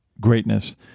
greatness